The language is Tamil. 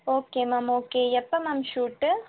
ஓகே மேம் ஓகே எப்போ மேம் ஷூட்டு